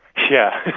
yeah,